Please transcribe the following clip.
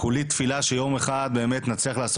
כולי תפילה שיום אחד באמת נצליח לעשות